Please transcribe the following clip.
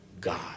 God